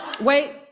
Wait